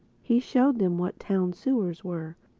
he showed them what town-sewers were,